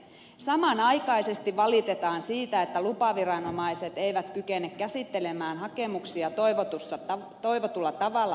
samanaikaisesti valitetaan siitä että lupaviranomaiset eivät kykene käsittelemään hakemuksia toivotulla tavalla asianmukaisesti